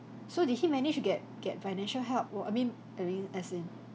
so did he manage to get get financial help well I mean I mean as in